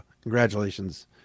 congratulations